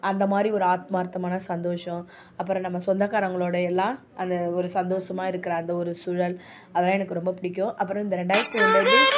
அந்த மாதிரி ஒரு ஆத்மார்த்தமான சந்தோஷம் அப்புறம் நம்ம சொந்தக்காரங்களோட எல்லாம் அந்த ஒரு சந்தோஷமாக இருக்கிற அந்த ஒரு சூழல் அதெல்லாம் எனக்கு ரொம்ப பிடிக்கும் அப்புறம் இந்த ரெண்டாயிரத்தி